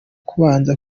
kubana